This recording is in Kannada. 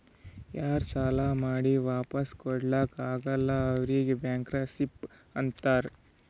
ಯಾರೂ ಸಾಲಾ ಮಾಡಿ ವಾಪಿಸ್ ಕೊಡ್ಲಾಕ್ ಆಗಲ್ಲ ಅವ್ರಿಗ್ ಬ್ಯಾಂಕ್ರಪ್ಸಿ ಅಂತಾರ್